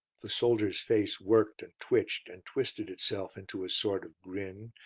the soldier's face worked and twitched and twisted itself into a sort of grin,